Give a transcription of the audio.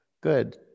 Good